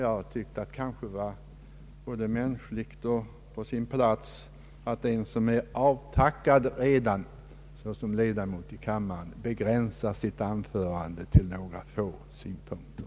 Jag tycker att det kan vara på sin plats att den som redan är avtackad såsom ledamot av kammaren begränsar sitt anförande till några få synpunkter.